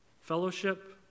fellowship